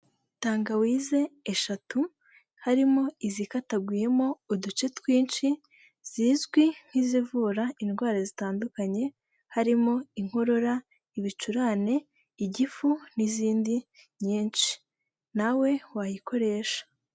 Tangawize eshatu harimo izikataguyemo uduce twinshi zizwi nk'izivura indwara zitandukanye harimo inkorora, ibicurane, igifu n'izindi nyinshi nawe wayikoresha.